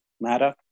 matter